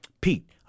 Pete